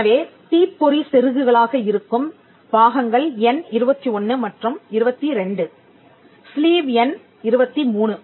எனவே தீப்பொறி செருகுகளாக இருக்கும் பாகங்கள் எண் 21 மற்றும் 22 ஸ்லீவ் எண் 23